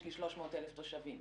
יש לי 300,000 תושבים.